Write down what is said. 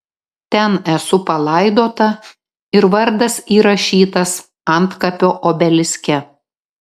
ten esu palaidota ir vardas įrašytas antkapio obeliske